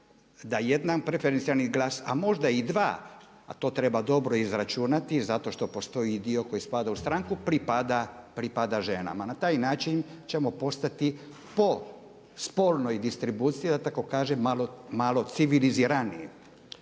da jedan preferencijalni glas, a možda i dva, a to treba dobro izračunati zato što postoji i dio koji spada u stranku pripada ženama. Na taj način ćemo postati po spolnoj distribuciji da tako kažem malo civiliziraniji.